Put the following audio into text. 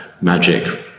magic